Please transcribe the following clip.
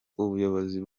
ubuyobozi